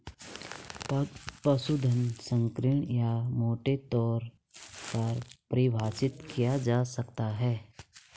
पशुधन संकीर्ण या मोटे तौर पर परिभाषित किया जा सकता है